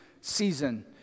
season